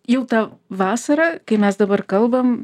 jau tą vasara kai mes dabar kalbam